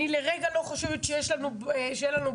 אני לרגע לא חושבת שאין לנו בעיה.